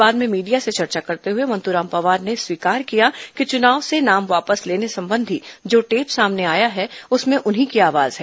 बाद में मीडिया से चर्चा करते हुए मंतूराम पवार ने स्वीकार किया कि चुनाव से नाम वापस लेने संबंधी जो टेप सामने आया है उसमें उन्हीं की आवाज है